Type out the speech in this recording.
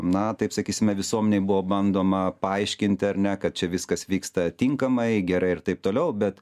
na taip sakysime visuomenei buvo bandoma paaiškinti ar ne kad čia viskas vyksta tinkamai gerai ir taip toliau bet